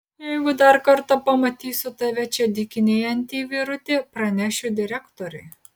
jeigu dar kartą pamatysiu tave čia dykinėjantį vyruti pranešiu direktoriui